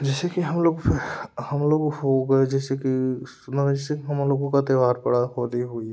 जैसे कि हम लोग हम लोग हो गए जैसे कि हम लोगों का त्यौहार पड़ा होली हुई